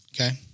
okay